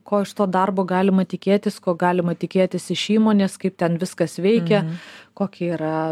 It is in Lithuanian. ko iš to darbo galima tikėtis ko galima tikėtis iš įmonės kaip ten viskas veikia koki yra